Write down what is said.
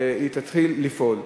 שהיא תתחיל לפעול.